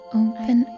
open